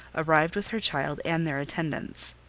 arrived with her child and their attendants.